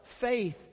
faith